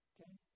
Okay